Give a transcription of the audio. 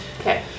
Okay